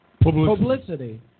publicity